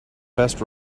best